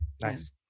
Nice